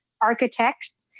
architects